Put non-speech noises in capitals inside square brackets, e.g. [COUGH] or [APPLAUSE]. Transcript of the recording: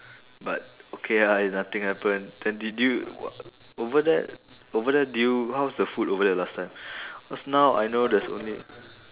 but okay ah if nothing happened then did you [NOISE] over there over there did you how's the food over there last time cause now I know there's only